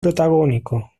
protagónico